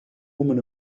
woman